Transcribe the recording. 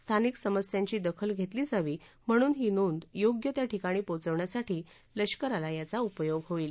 स्थानिक समस्याची दखल घेतली जावी म्हणून ही नोंद योग्य त्या ठिकाणी पोचवण्यासाठी लष्कराला याचा उपयोग होईल